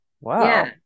wow